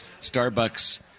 Starbucks